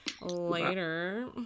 Later